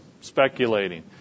speculating